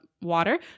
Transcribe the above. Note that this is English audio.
Water